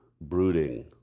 brooding